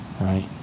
right